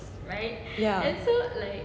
ya